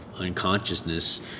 unconsciousness